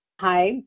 Hi